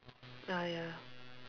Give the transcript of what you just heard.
ah ya